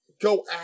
go